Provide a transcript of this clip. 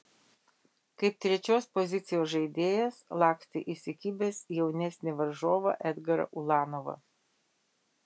kaip trečios pozicijos žaidėjas lakstė įsikibęs jaunesnį varžovą edgarą ulanovą